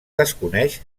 desconeix